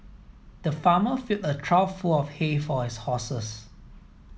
the farmer filled a trough full of hay for his horses